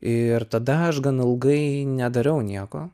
ir tada aš gan ilgai nedariau nieko